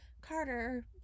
Carter